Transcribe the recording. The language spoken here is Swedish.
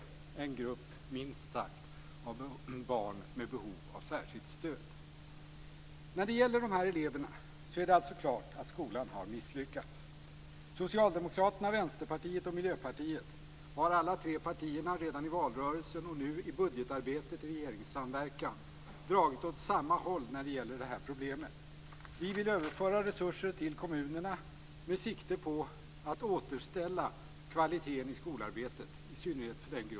Det är, minst sagt, en grupp barn med behov av särskilt stöd. När det gäller de här eleverna är det alltså klart att skolan har misslyckats. Socialdemokraterna, Vänsterpartiet och Miljöpartiet har alla tre redan i valrörelsen och nu i budgetarbetet i regeringssamverkan dragit åt samma håll när det gäller det här problemet.